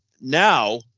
Now